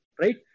Right